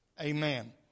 Amen